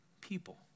people